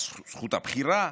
זכות הבחירה,